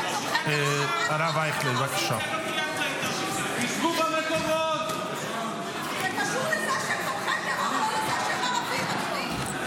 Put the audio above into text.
זה לא קשור לזה שהם ערבים.